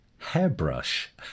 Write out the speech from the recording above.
hairbrush